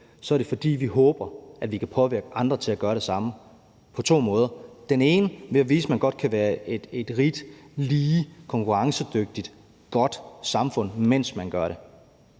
så er det, fordi vi håber, at vi kan påvirke andre til at gøre det samme på to måder. Det ene handler om at vise, at man godt kan være et rigt, lige, konkurrencedygtigt og godt samfund, mens man gør det.